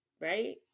Right